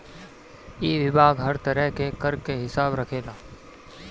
इ विभाग हर तरह के कर के हिसाब रखेला